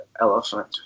Elephant